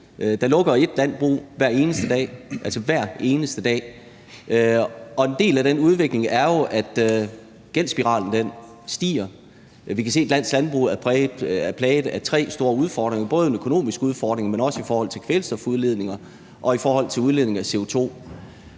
hver eneste dag – altså hver eneste dag – og en del af den udvikling er jo, at gældsspiralen stiger. Vi kan se, at dansk landbrug er plaget af tre store udfordringer, både en økonomisk udfordring, men også udfordringer i forhold til kvælstofudledninger og i forhold til udledningen af CO2.